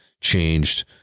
changed